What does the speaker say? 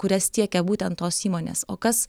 kurias tiekia būtent tos įmonės o kas